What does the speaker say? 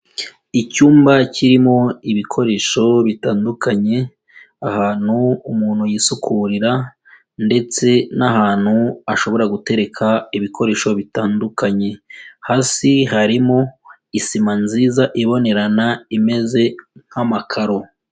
Icyumba kirimo ibikoresho bitandukanye, ahantu umuntu yisukurira ndetse n'ahantu ashobora gutereka ibikoresho bitandukanye, hasi harimo isima nziza ibonerana imeze nk'amakaro.